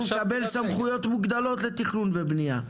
מקבל סמכויות מוגדלות לתכנון ולבנייה.